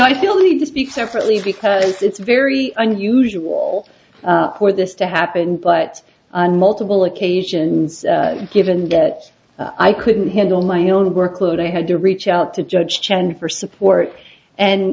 i feel the need to speak separately because it's very unusual for this to happen but on multiple occasions given that i couldn't handle my own workload i had to reach out to judge chen for support and